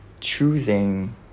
choosing